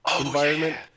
environment